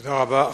תודה רבה.